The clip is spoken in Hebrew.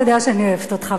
אני אוהבת אותך,